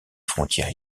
frontières